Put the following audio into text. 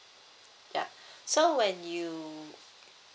ya so when you